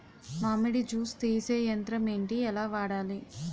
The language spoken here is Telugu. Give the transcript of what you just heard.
మామిడి జూస్ తీసే యంత్రం ఏంటి? ఎలా వాడాలి?